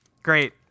Great